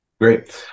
great